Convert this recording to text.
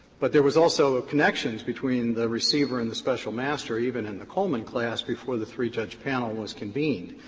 but there was also a connection between the receiver and the special master even in the coleman class before the three-judge panel was convened.